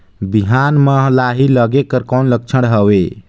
बिहान म लाही लगेक कर कौन लक्षण हवे?